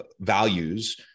values